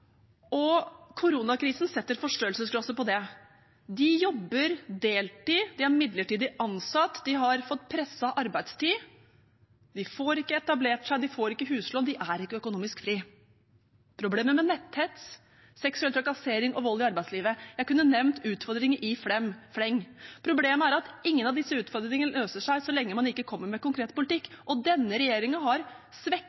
og koronakrisen setter forstørrelsesglasset på det. De jobber deltid, de er midlertidig ansatt, de har fått presset arbeidstid, de får ikke etablert seg, de får ikke huslån, de er ikke økonomisk fri. De har problemer med netthets, seksuell trakassering og vold – jeg kunne ha nevnt utfordringer i fleng. Problemet er at ingen av disse utfordringene løser seg så lenge man ikke kommer med konkret politikk, og denne regjeringen har svekket